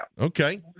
Okay